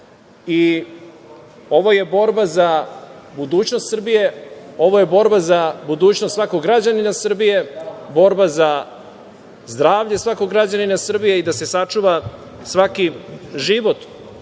i ovo je borba za budućnost Srbije, ovo je borba za budućnost svakog građanina Srbije, borba za zdravlje svakog građanina Srbije i da se sačuva svaki život